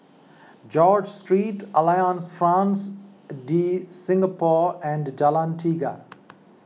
George Street Alliance Francaise De Singapour and Jalan Tiga